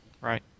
Right